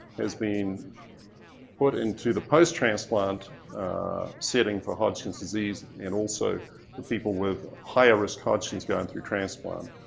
has been put into the post transplant setting for hodgkin's disease and also for people with higher risk hodgkin's going through transplant,